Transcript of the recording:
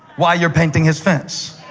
why you're painting his fence.